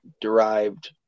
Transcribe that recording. derived